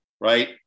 right